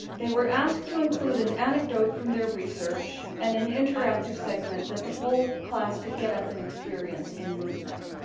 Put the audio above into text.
they were asked to include an antidote from their research and an interactive segment that the whole class could get up and experience in movement.